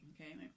okay